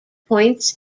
points